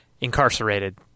incarcerated